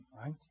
right